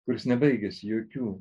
kuris nebaigęs jokių